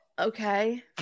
Okay